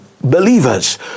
believers